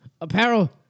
apparel